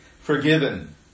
forgiven